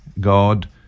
God